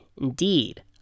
indeed